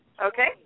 Okay